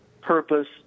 purpose